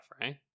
right